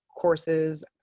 courses